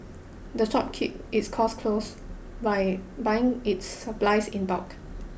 the shop keep its costs close by buying its supplies in bulk